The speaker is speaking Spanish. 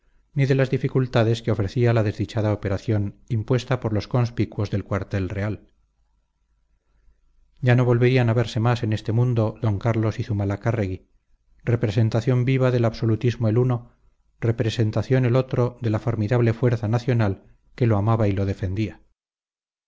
ni de las dificultades que ofrecía la desdichada operación impuesta por los conspicuos del cuartel real ya no volverían a verse más en este mundo d carlos y zumalacárregui representación viva del absolutismo el uno representación el otro de la formidable fuerza nacional que lo amaba y lo defendía